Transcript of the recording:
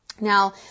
Now